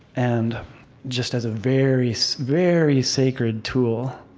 and just as a very, so very sacred tool.